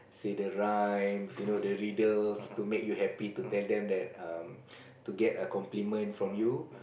say the rhymes you know the riddles to make you happy to tell them that um to get a compliment from you